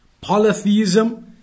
polytheism